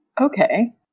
Okay